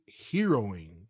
Heroing